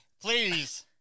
Please